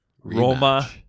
Roma